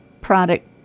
product